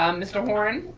um mr. horn?